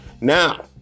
Now